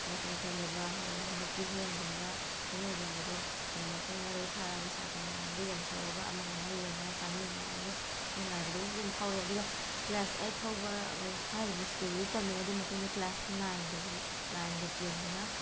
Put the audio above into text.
ꯀꯩ ꯍꯥꯏꯇꯥꯔꯦ ꯂꯩꯕꯥꯛ ꯍꯋꯥꯏꯒꯨꯝꯕ ꯀꯤꯍꯣꯝꯒꯨꯝꯕ ꯍꯩꯅꯧꯒꯨꯝꯕꯗꯣ ꯃꯄꯨꯡ ꯃꯔꯩ ꯐꯥꯔꯛꯑꯒ ꯁꯥꯇ꯭ꯔ ꯃꯌꯥꯝꯗ ꯌꯦꯟꯊꯣꯛꯑꯒ ꯑꯃꯒ ꯑꯃꯒ ꯌꯦꯟꯅꯔ ꯆꯥꯃꯤꯟꯅꯕꯒꯤ ꯅꯨꯡꯉꯥꯏꯕꯗꯨꯁꯨ ꯑꯗꯨꯝ ꯐꯥꯎꯔꯛꯑꯦ ꯑꯗꯨꯒ ꯀ꯭ꯂꯥꯁ ꯑꯩꯠ ꯐꯥꯎꯕ ꯍꯥꯏꯔꯤꯕ ꯁ꯭ꯀꯨꯜꯗꯨꯗ ꯇꯝꯃꯛꯑꯦ ꯑꯗꯨ ꯃꯇꯨꯡꯗ ꯀ꯭ꯂꯥꯁ ꯅꯥꯏꯟꯗꯒꯤ ꯅꯥꯏꯟꯒ ꯇꯦꯟꯒꯅ